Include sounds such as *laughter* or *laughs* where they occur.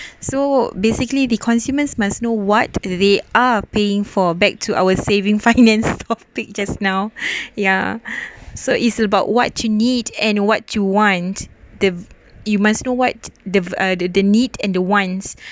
so basically the consumers must know what they are paying for back to our saving finance *laughs* topic just now yeah so it's about what you need and what you want the you must know what the the need and the ones